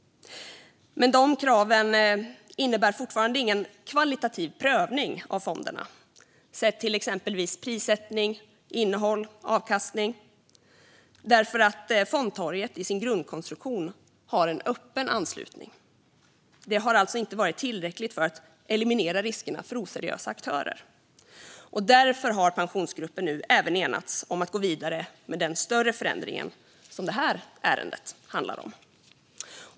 Men de kraven innebär fortfarande ingen kvalitativ prövning av fonderna sett till exempelvis prissättning, innehåll och avkastning därför att fondtorget till sin grundkonstruktion har en öppen anslutning. Det har alltså inte varit tillräckligt för att eliminera riskerna för oseriösa aktörer. Därför har pensionsgruppen nu även enats om att gå vidare med den större förändring som det här ärendet handlar om.